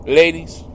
ladies